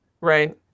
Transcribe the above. Right